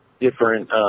different